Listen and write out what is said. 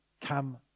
come